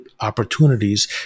opportunities